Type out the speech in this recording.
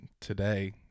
today